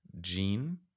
gene